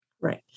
right